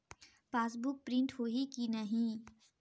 Passbook print होही कि नहीं?